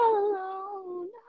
alone